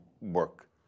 work